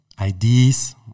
ideas